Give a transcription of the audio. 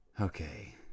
Okay